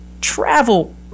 travel